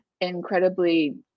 incredibly